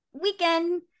weekend